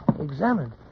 Examined